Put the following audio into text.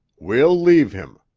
we'll leave him,